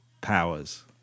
powers